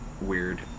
Weird